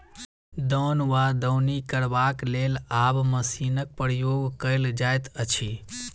दौन वा दौनी करबाक लेल आब मशीनक प्रयोग कयल जाइत अछि